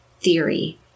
theory